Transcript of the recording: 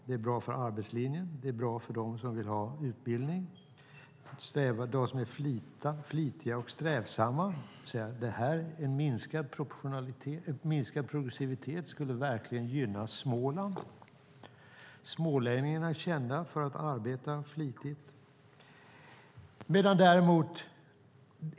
Det är bra för arbetslinjen, för dem som vill ha utbildning och för dem som är flitiga och strävsamma. Minskad progressivitet skulle verkligen gynna Småland. Smålänningarna är kända för att arbeta flitigt.